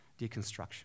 Deconstruction